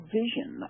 vision